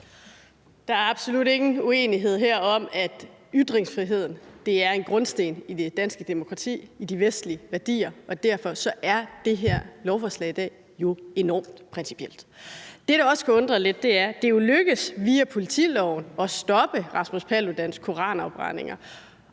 Der er absolut ingen uenighed herfra om, at ytringsfriheden er en grundsten i det danske demokrati og de vestlige værdier, og derfor er det her lovforslag i dag jo enormt principielt. Det, der også kan undre lidt, er, at det jo er lykkedes via politiloven at stoppe Rasmus Paludans koranafbrændinger,